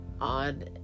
on